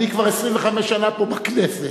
אני כבר 25 שנה פה בכנסת,